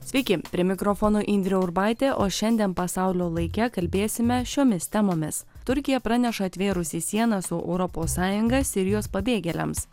sveiki prie mikrofono indrė urbaitė o šiandien pasaulio laike kalbėsime šiomis temomis turkija praneša atvėrusi sienas su europos sąjunga sirijos pabėgėliams